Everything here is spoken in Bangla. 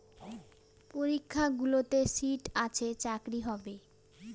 পরীক্ষাগুলোতে সিট আছে চাকরি হবে